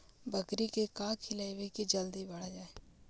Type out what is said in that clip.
बकरी के का खिलैबै कि जल्दी बढ़ जाए?